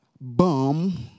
bum